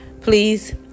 Please